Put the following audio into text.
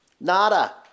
Nada